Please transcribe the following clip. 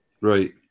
Right